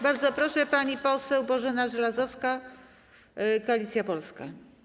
Bardzo proszę, pani poseł Bożena Żelazowska, Koalicja Polska.